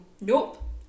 nope